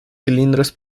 cilindros